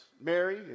Mary